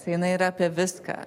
jinai yra apie viską